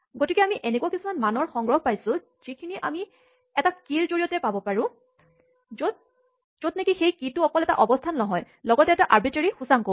গতিকে আমি এনেকুৱা কিছুমান মানৰ সংগ্ৰহ পাইছো যিখিনি এটা কীচাবিৰ জৰিয়তে পাব পাৰি য'ত নেকি সেই কীচাবিটো অকল এটা অৱস্থান নহয় লগতে এটা আৰ্বিট্ৰেৰী সূচাংকও